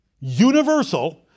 universal